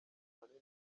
manini